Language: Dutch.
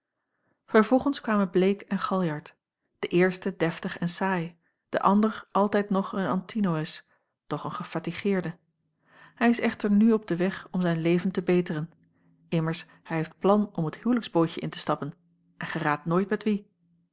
vervolgens kwamen bleek en galjart de eerste deftig en saai de ander altijd nog een antinoüs doch een gefatigeerde hij is echter nu op den weg om zijn leven te beteren immers hij heeft plan om het huwlijksbootje in te stappen en gij raadt nooit met wie